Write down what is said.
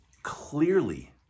Clearly